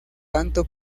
tanto